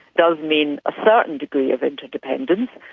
does mean a certain degree of inter-dependence,